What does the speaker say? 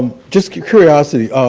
just curiosity.